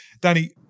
Danny